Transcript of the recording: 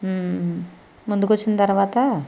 ముందుకి వచ్చిన తర్వాత